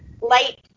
light